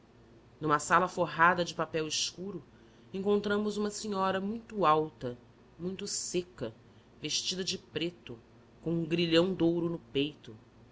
numa sala forrada de papel escuro encontramos uma senhora muito alta muito seca vestida de preto com um grilhão de ouro no peito